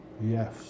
Yes